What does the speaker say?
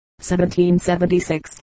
1776